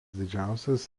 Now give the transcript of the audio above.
didžiausias